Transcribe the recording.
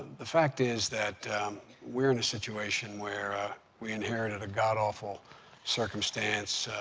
the fact is that we're in a situation where ah we inherited a god-awful circumstance.